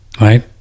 right